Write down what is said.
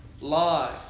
life